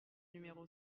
numéro